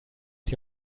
die